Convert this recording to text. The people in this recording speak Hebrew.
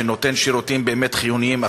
שנותן שירותים באמת חיוניים,